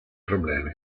problemi